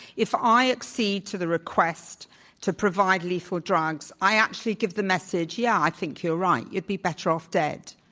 if i accede to the request to provide lethal drugs, i actually give the message, yeah, i think yo u're right. you'd be better off dead.